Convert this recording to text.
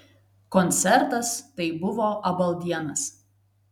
koncertas tai buvo abaldienas